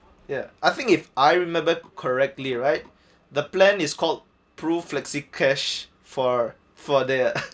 ya I think if I remember correctly right the plan is called pru flexi cash for for their